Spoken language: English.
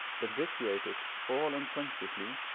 but vitiated, all unconsciously,